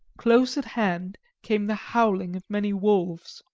close at hand came the howling of many wolves.